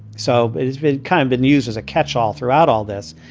so it has been kind of been used as a catch all throughout all this.